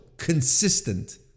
Consistent